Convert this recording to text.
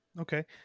Okay